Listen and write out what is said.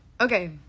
Okay